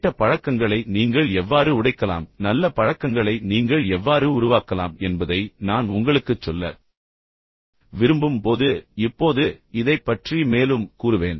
கெட்ட பழக்கங்களை நீங்கள் எவ்வாறு உடைக்கலாம் நல்ல பழக்கங்களை நீங்கள் எவ்வாறு உருவாக்கலாம் என்பதை நான் உங்களுக்குச் சொல்ல விரும்பும் போது இப்போது இதைப் பற்றி மேலும் கூறுவேன்